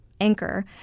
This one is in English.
anchor